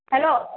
hello